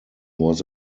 was